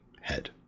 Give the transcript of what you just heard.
head